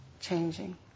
changing